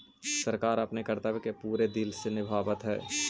सरकार अपने कर्तव्य को पूरे दिल से निभावअ हई